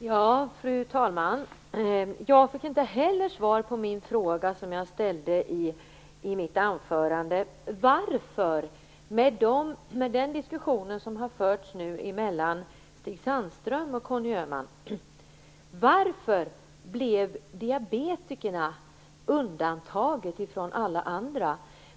Fru talman! Inte heller jag fick svar på frågan som jag ställde i mitt anförande. Med anledning av diskussionen mellan Stig Sandström och Conny Öhman vill jag fråga varför diabetikerna blev undantagna?